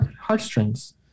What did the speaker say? Heartstrings